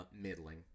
middling